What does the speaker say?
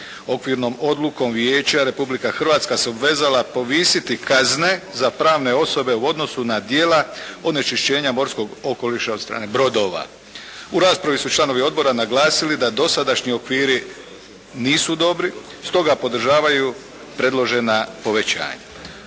Okvirnom odlukom Vijeća Republika Hrvatska se obvezala povisiti kazne za pravne osobe u odnosu na djela onečišćenja morskog okoliša od strane brodova. U raspravi su članovi odbora naglasili da dosadašnji okviri nisu dobri. Stoga podržavaju predložena povećanja.